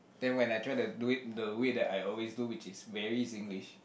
then when I try to do it in the way I always do which is very Singlish